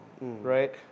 right